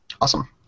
Awesome